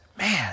man